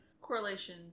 Correlation